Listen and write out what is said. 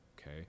okay